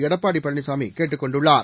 எடப்பாடி பழனிசாமி கேட்டுக் கொண்டுள்ளார்